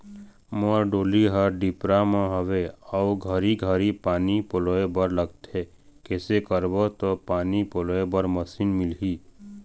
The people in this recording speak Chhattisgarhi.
मोर डोली हर डिपरा म हावे अऊ घरी घरी पानी पलोए बर लगथे कैसे करबो त पानी पलोए बर मशीन मिलही?